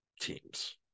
teams